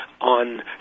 on